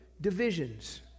divisions